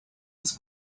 los